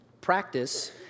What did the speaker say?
practice